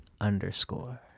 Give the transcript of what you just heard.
underscore